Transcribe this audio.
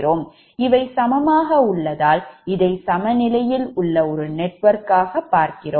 இவை சமமாக உள்ளதால் இதை சமநிலையில் உள்ள ஒரு நெட்வொர்க் ஆக பார்க்கிறோம்